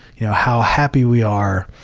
you know how happy we are,